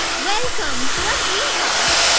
welcome to our dream house